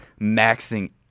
maxing